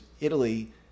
Italy